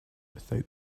without